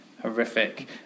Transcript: horrific